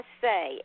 say